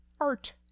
art